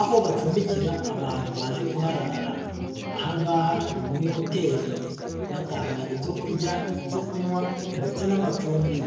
aho bacumbikira abantu baje kuharara aha ngaha ni muri hoteli, batanga ibyo kurya, ibyo kunywa ndetse n'amacumbi.